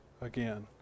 again